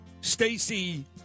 Stacey